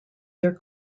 their